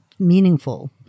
meaningful